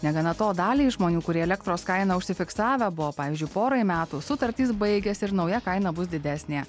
negana to daliai žmonių kurie elektros kaina užsifiksavę buvo pavyzdžiui porai metų sutartys baigiasi ir nauja kaina bus didesnė